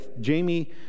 Jamie